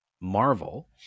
Marvel